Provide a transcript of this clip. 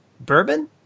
Bourbon